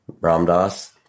Ramdas